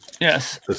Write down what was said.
Yes